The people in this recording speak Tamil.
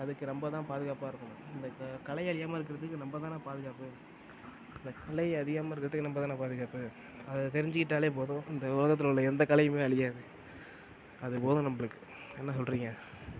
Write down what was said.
அதுக்கு நம்ம தான் பாதுகாப்பாக இருக்கணும் இந்த கலை அழியாமல் இருக்கிறதுக்கு நம்ம தானே பாதுகாப்பு கலை அழியாமல் இருக்கிறதுக்கு நம்ம தானே பாதுகாப்பு அதை தெரிஞ்சுகிட்டாலே போதும் இந்த உலகத்தில் உள்ள எந்த கலையும் அழியாது அது போதும் நம்மளுக்கு என்ன சொல்கிறீங்க